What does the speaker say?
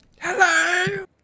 Hello